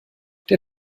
der